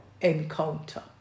encounter